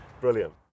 Brilliant